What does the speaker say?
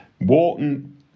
Wharton